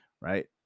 right